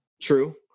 True